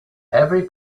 every